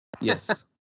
Yes